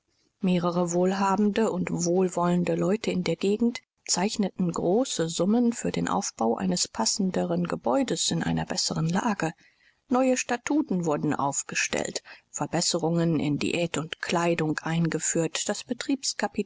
mehrere wohlhabende und wohlwollende leute in der gegend zeichneten große summen für den aufbau eines passenderen gebäudes in einer besseren lage neue statuten wurden aufgestellt verbesserungen in diät und kleidung eingeführt das